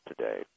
today